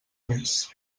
més